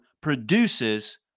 produces